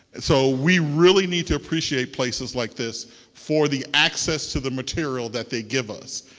so we really need to appreciate places like this for the access to the material that they give us.